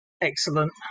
excellent